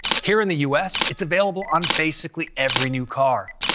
here in the us, it's available on basically every new car.